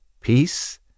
Peace